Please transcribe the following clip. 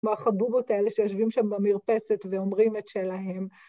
כמו החבובות האלה שיושבים שם במרפסת ואומרים את שלהן.